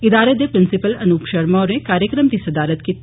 इदारे दे प्रिंसिपल अनूप शर्मा होरें कार्यक्रम दी सदारत कीती